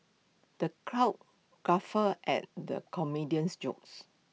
the crowd guffawed at the comedian's jokes